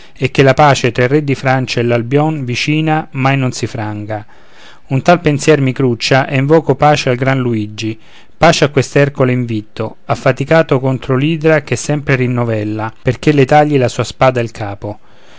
e che la pace tra il re di francia e l'albïon vicina mai non si franga un tal pensier mi cruccia e invoco pace al gran luigi pace a quest'ercole invitto affaticato contro l'idra che sempre rinnovella perché le tagli la sua spada il capo